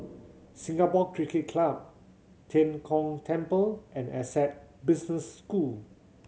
Singapore Cricket Club Tian Kong Temple and Essec Business School